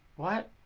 what